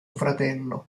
fratello